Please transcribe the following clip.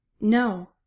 No